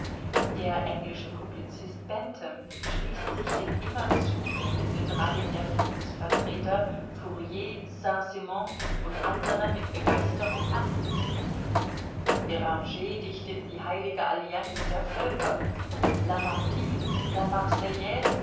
der englische publizist bentham schließt sich den immer zunehmenden reihen der friedensvertreter fourrier saint simon u a mit begeisterung an beranger dichtet die heilige allianz der völker